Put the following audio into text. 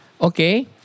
okay